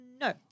no